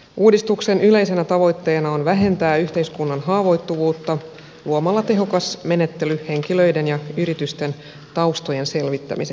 uudistuksen yleisenä tavoitteena on vähentää yhteiskunnan haavoittuvuutta luomalla tehokas menettely henkilöiden ja yritysten taustojen selvittämiseksi